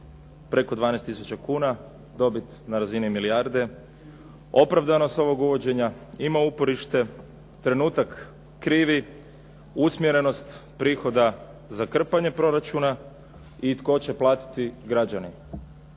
preko 12 tisuća kuna. Dobit na razini milijarde. Opravdanost ovog uvođenja ima uporište. Trenutak krivi. Usmjerenost prihoda za krpanje proračuna. I tko će platiti? Građani.